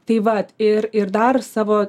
tai vat ir ir dar savo